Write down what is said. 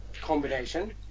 combination